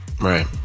right